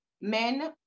men